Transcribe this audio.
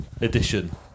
edition